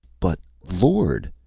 but lord,